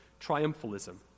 triumphalism